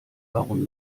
warum